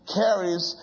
carries